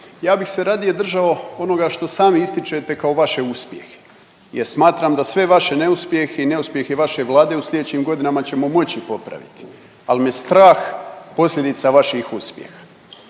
Ja bi se radije držao onoga što sami ističete kao vaše uspjehe jer smatram da sve vaše neuspjehe i neuspjehe vaše Vlade u slijedećim godinama ćemo moći popraviti, ali me strah posljedica vaših uspjeha.